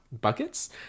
Buckets